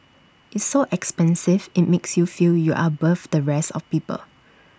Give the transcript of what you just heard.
it's so expensive IT makes you feel you're above the rest of people